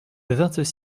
vingt